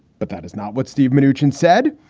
but that is not what steve manoogian said.